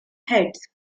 heads